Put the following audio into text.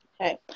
Okay